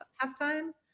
pastime